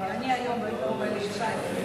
אני היום במקום אלי ישי.